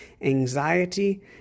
anxiety